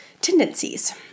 tendencies